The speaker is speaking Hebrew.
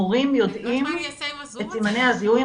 מורים יודעים את סימני הזיהוי,